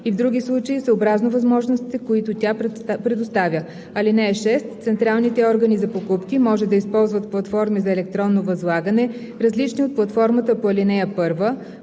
и в други случаи съобразно възможностите, които тя предоставя. (6) Централните органи за покупки може да използват платформи за електронно възлагане, различни от платформата по ал. 1,